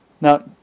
Now